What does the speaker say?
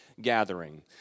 gathering